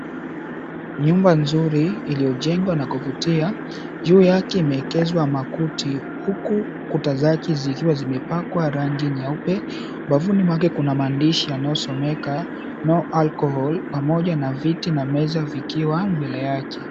Nyumba nzuri iliyojengwa na kuvutia, juu yake imeekezwa makuti huku kuta zake zikiwa zimepakwa rangi nyeupe. Wavuni mwake kuna maandishi yanayosomeka," No alcohol" ,pamoja na viti na meza vikiwa mbele yake.